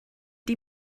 die